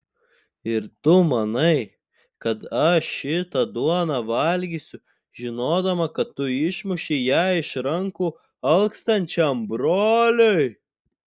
ir tu manai kad aš šitą duoną valgysiu žinodama kad tu išmušei ją iš rankų alkstančiam broliui